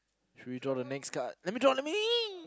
should we draw the next card let me draw let me